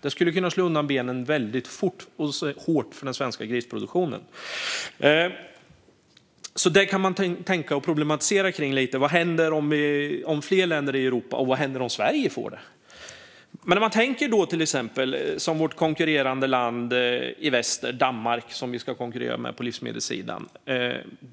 Det skulle kunna slå undan benen väldigt fort och hårt för den svenska grisproduktionen. Det kan man tänka och problematisera lite kring. Vad händer om fler länder i Europa får det - och om Sverige får det? Vi ska konkurrera på livsmedelssidan med vårt konkurrerande land i väster, Danmark.